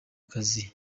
kazi